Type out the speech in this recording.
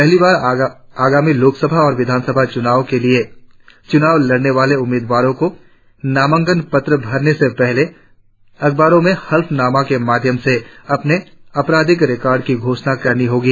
पहली बार आगामी लोकसभा और विधानसभा चुनावों के लिए चुनाव लड़ने वाले उम्मीदवारों को नामांकन पत्र भरने से पहले अखबारों में हलफनामों के माध्यम से अपने आपराधिक रिकॉर्ड की घोषणा करनी होगी